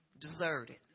deserted